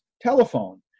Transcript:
telephone